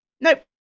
Nope